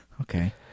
Okay